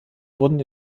wurden